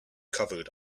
covered